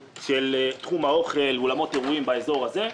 בתחום האוכל ואולמות אירועים באזור הזה,